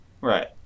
Right